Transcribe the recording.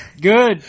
Good